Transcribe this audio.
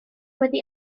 wedi